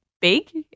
big